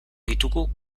ditugu